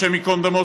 השם ייקום דמו,